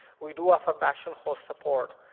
we do offer bastion host support,